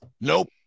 Nope